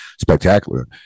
spectacular